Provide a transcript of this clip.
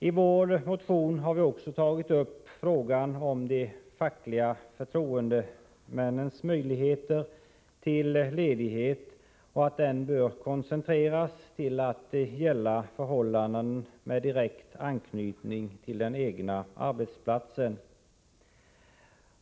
I vår motion har vi också tagit upp frågan om de fackliga förtroendemännens möjlighet att få ledighet. Denna bör koncentreras till att gälla förhållanden med direkt anknytning till den egna arbetsplatsen.